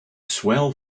swell